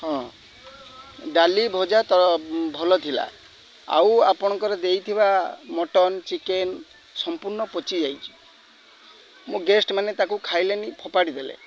ହଁ ଡାଲି ଭଜା ତ ଭଲ ଥିଲା ଆଉ ଆପଣଙ୍କର ଦେଇଥିବା ମଟନ୍ ଚିକେନ୍ ସମ୍ପୂର୍ଣ୍ଣ ପଚିଯାଇଛି ମୋ ଗେଷ୍ଟ୍ ମାନେ ତାକୁ ଖାଇଲେନି ଫୋପାଡ଼ି ଦେଲେ